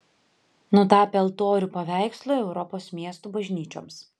nutapė altorių paveikslų europos miestų bažnyčioms